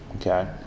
okay